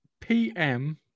PM